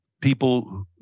people